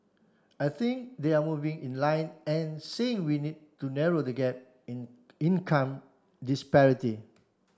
I think they are moving in line and saying we need to narrow the gap in income disparity